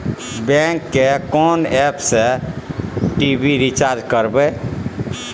Bank के कोन app से टी.वी रिचार्ज करबे?